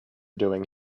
doing